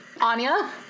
Anya